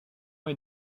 est